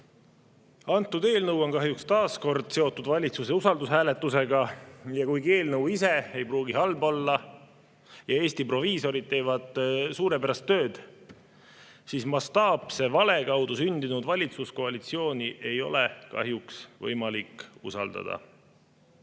Antud eelnõu on kahjuks taas kord seotud valitsuse usaldushääletusega ja kuigi eelnõu ise ei pruugi halb olla ja Eesti proviisorid teevad suurepärast tööd, ei ole mastaapse vale kaudu sündinud valitsuskoalitsiooni kahjuks võimalik usaldada.